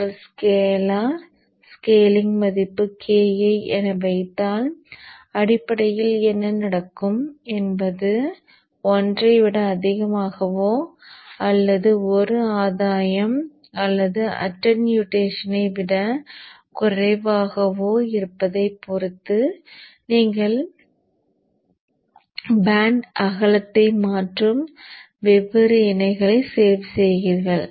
எனவே நீங்கள் scalar scaling மதிப்பு Ki என வைத்தால் அடிப்படையில் என்ன நடக்கும் என்பது 1 ஐ விட அதிகமாகவோ அல்லது 1 ஆதாயம் அல்லது அட்டன்யூவேஷனை விட குறைவாகவோ இருப்பதைப் பொறுத்து நீங்கள் பேண்ட் அகலத்தை மாற்றும் வெவ்வேறு இணைகளை தேர்வு செய்வீர்கள்